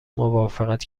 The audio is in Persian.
موافقت